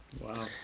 Wow